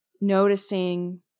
Noticing